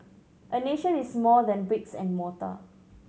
a nation is more than bricks and mortar